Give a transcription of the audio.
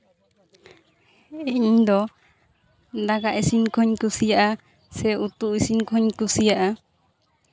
ᱤᱧ ᱫᱚ ᱫᱟᱠᱟ ᱤᱥᱤᱱ ᱠᱚᱦᱚᱸᱧ ᱠᱩᱥᱤᱭᱟᱜᱼᱟ ᱥᱮ ᱩᱛᱩ ᱤᱥᱤᱱ ᱠᱚᱦᱚᱸᱧ ᱠᱩᱥᱤᱭᱟᱜᱼᱟ